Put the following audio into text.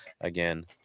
Again